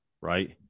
right